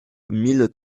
mille